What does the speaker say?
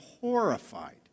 horrified